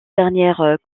dernières